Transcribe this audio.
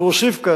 ואוסיף כאן,